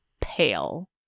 pale